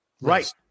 right